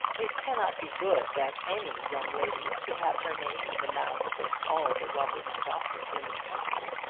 it cannot be good that any young lady should have her name in the mouths of all the lovers of gossip in the country.